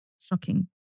Shocking